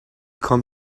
come